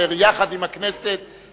אשר יחד עם הכנסת,